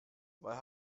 weil